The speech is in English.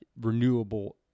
renewable